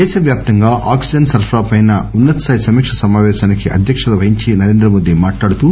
దేశ వ్యాప్తంగా ఆక్సిజన్ సరఫరాపై ఉన్నతస్థాయి సమీకా సమాపేశానికి అధ్యక్షత వహించి నరేంద్రమోది మాట్లాడుతూ